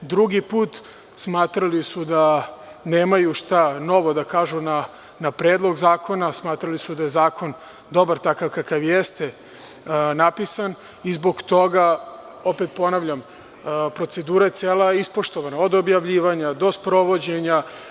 Drugi put smatrali su da nemaju šta novo da kažu na Predlog zakona, smatrali su da je zakon dobar takav kakav jeste napisan i zbog toga, ponavljam, procedura je cela ispoštovana, od objavljivanja do sprovođenja.